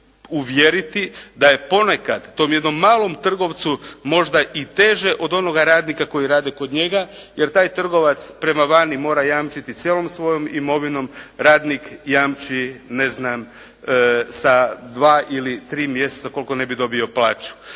uvjeriti da je ponekad tom jednom malom trgovcu možda i teže od onoga radnika koji rade kod njega jer taj trgovac prema vani mora jamčiti cijelom svojom imovinom. Radnik jamči, ne znam, sa 2 ili 3 mjeseca koliko ne bi dobio plaću.